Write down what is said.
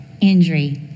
injury